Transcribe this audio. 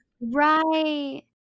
right